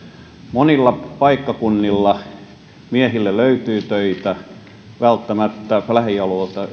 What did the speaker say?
monilla paikkakunnilla miehille löytyy töitä välttämättä lähialueilta